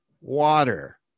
water